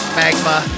magma